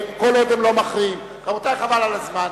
כל עוד הם לא מכריעים, רבותי, חבל על הזמן.